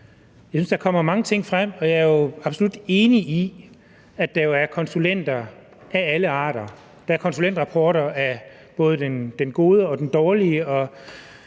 Jeg synes, der kommer mange ting frem, og jeg er absolut enig i, at der er konsulenter af alle arter, der er konsulentrapporter af både den gode og den dårlige